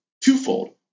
twofold